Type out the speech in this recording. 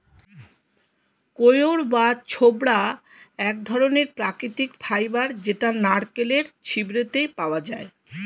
কইর বা ছোবড়া এক ধরণের প্রাকৃতিক ফাইবার যেটা নারকেলের ছিবড়েতে পাওয়া যায়